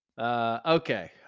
Okay